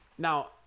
Now